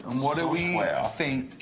um what do we think